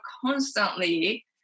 constantly